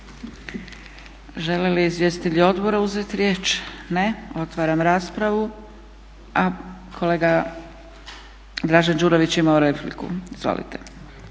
Žele li izvjestitelji odbora uzeti riječ? Ne. Otvaram raspravu. Kolega Dražen Đurović je imao repliku, izvolite.